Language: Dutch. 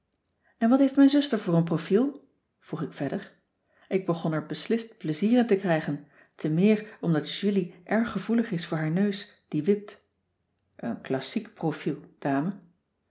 en wat heeft mijn zuster voor een profiel vroeg ik verder ik begon er beslist pleizier in te krijgen temeer omdat julie erg gevoelig is voor haar neus die wipt een klassiek profiel dame